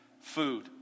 food